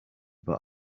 but